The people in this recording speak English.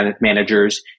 managers